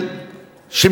הערבי כולו לעזמי בשארה.